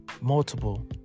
multiple